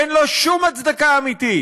אין לו שום הצדקה אמיתית.